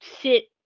sit